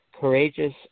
courageous